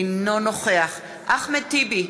אינו נוכח אחמד טיבי,